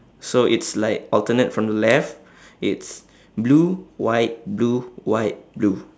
so it's like alternate from the left it's blue white blue white blue